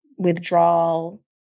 withdrawal